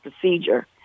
procedure